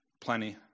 plenty